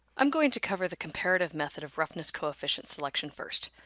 i'm going to cover the comparative method of roughness coefficient selection first.